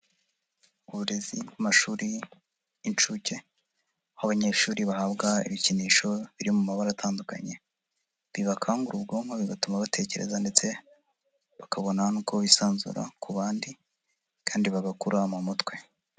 Uburezi mu mashuri inshuke aho abanyeshuri bahabwa ibikinisho biri mu mabara atandukanye bibakangura ubwonko bigatuma batekereza ndetse bakabona n'uko bisanzura ku bandi kandi bagakura mu mutwe.